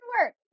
work